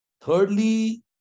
Thirdly